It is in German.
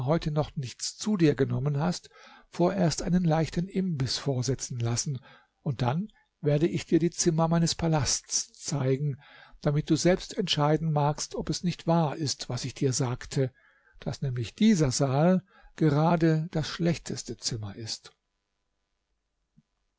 heute noch nichts zu dir genommen hast vorerst einen leichten imbiß vorsetzen lassen und dann werde ich dir die zimmer meines palasts zeigen damit du selbst entscheiden magst ob es nicht wahr ist was ich dir sagte daß nämlich dieser saal gerade das schlechteste zimmer ist